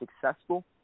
successful